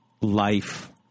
life